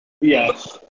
Yes